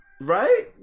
right